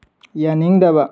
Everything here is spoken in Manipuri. ꯌꯥꯅꯤꯡꯗꯕ